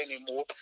anymore